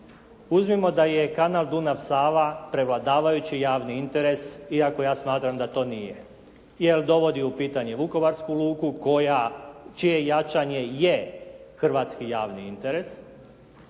uzmimo da je kanal Dunav-Sava prevladavajući javni interes iako ja to smatram da to nije jer dovodi u pitanje Vukovarsku luku čije jačanje je hrvatski javni interes,